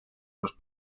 los